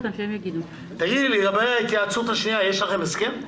לגבי ההתייעצות השנייה, יש לכם הסכם?